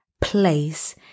place